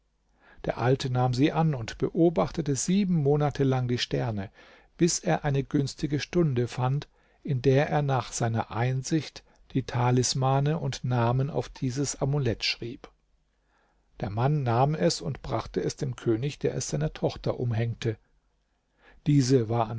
der alte nahm sie an und beobachtete sieben monate lang die sterne bis er eine günstige stunde fand in der er nach seiner einsicht die talismane und namen auf dieses amulett schrieb der mann nahm es und brachte es dem könig der es seiner tochter umhängte diese war